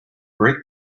brake